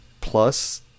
Plus